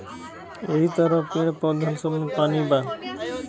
यहि तरह पेड़, पउधन सब मे पानी बा